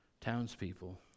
townspeople